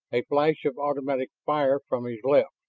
a flash of automatic fire from his left,